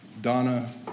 Donna